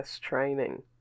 training